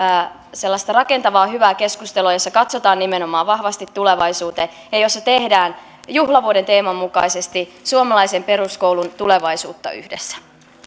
sellaista rakentavaa hyvää keskustelua jossa katsotaan nimenomaan vahvasti tulevaisuuteen ja jossa tehdään juhlavuoden teeman mukaisesti suomalaisen peruskoulun tulevaisuutta yhdessä